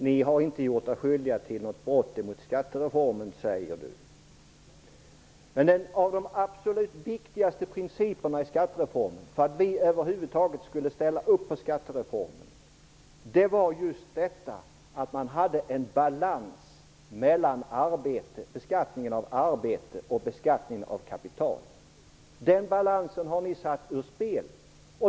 Ni har inte gjort er skyldiga till något brott mot skattereformen, säger Isa Halvarsson. Men en av de absolut viktigaste principerna i skattereformen för att vi över huvud taget skulle ställa oss bakom skattereformen var just att det var en balans mellan beskattningen av arbete och beskattningen av kapital. Den balansen har ni satt ur spel.